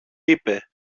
είπε